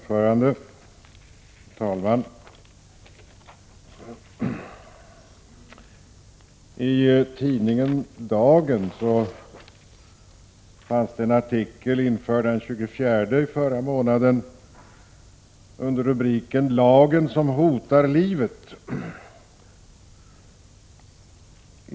Fru talman! I tidningen Dagen fanns en artikel införd den 24 april under rubriken Lagen som hotar livet.